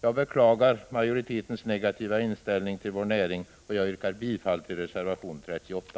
Jag beklagar majoritetens negativa inställning till vår näring och yrkar bifall till reservation 38.